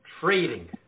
Trading